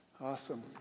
Awesome